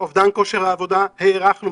אובדן כושר עבודה הארכנו.